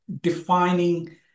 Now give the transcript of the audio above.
defining